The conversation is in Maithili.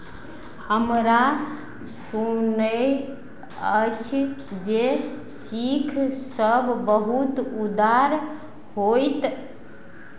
हमरा सुनय अछि जे सिक्ख सब बहुत उदार होइत